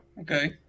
Okay